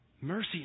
mercy